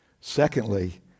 Secondly